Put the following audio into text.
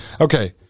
Okay